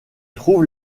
trouve